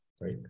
right